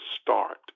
start